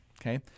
okay